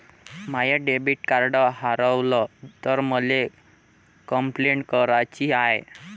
माय debit card हारवल तर मले कंपलेंट कराची हाय